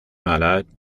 malade